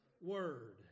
word